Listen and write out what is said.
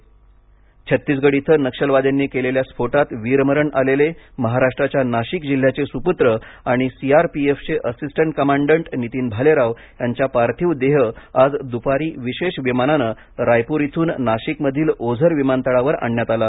CRPF शहीद नाशिक छत्तीसगड इथं नक्षलवाद्यांनी केलेल्या स्फोटात वीरमरण आलेले महाराष्ट्राच्या नाशिक जिल्ह्याचे स्प्त्र आणि सीआरपीएफचे असिस्टंट कमांडट नितीन भालेराव यांचा पार्थिव देह आज दुपारी विशेष विमानाने रायपूर इथून नाशिक मधील ओझर विमान तळावर आणण्यात आला